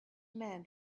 man